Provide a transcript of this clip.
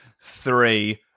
three